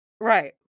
Right